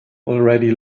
already